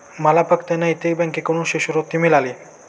मला फक्त नैतिक बँकेकडून शिष्यवृत्ती मिळाली